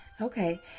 Okay